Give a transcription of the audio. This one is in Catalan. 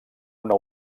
una